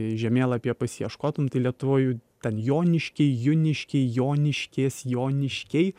žemėlapyje pasiieškotum tai lietuvoj jų ten joniškiai juniškiai joniškės joniškiai